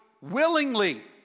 willingly